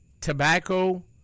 tobacco